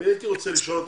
הייתי רוצה לשאול אותך,